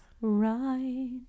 Right